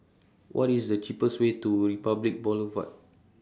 What IS The cheapest Way to Republic Boulevard